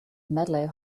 medley